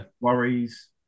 Worries